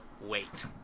wait